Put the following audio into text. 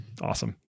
Awesome